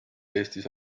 eestis